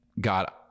God